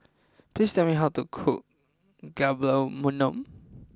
please tell me how to cook Gulab Jamun